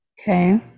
Okay